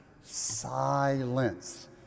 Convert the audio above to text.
silence